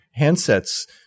handsets